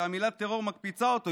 שהמילה "טרור" מקפיצה אותו,